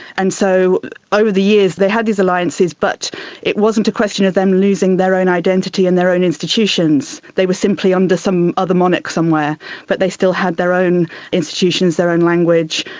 and so over the years they had these alliances but it wasn't a question of them losing their own identity and their own institutions, they were simply under some other monarch somewhere but they still had their own institutions, their own language,